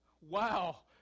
Wow